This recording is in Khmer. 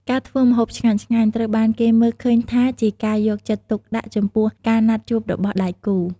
ការធ្វើម្ហូបឆ្ងាញ់ៗ ត្រូវបានគេមើលឃើញថាជាការយកចិត្តទុកដាក់ចំពោះការណាត់ជួបរបស់ដៃគូរ។